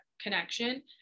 connection